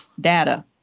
data